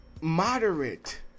moderate